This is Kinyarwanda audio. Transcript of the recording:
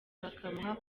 bakamuha